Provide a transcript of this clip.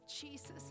Jesus